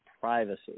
privacy